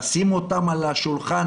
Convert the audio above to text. לשים אותם על השולחן.